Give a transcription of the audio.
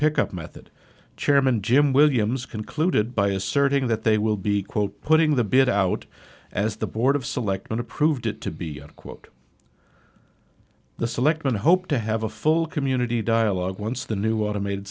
pickup method chairman jim williams concluded by asserting that they will be quote putting the bid out as the board of selectmen approved it to be quote the selectmen hope to have a full community dialogue once the new automated